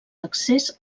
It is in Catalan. d’accés